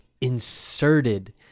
inserted